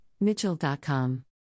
Mitchell.com